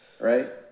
Right